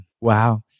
wow